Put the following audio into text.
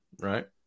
right